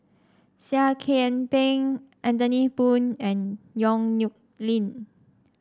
Seah Kian Peng Anthony Poon and Yong Nyuk Lin